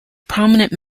prominent